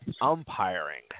umpiring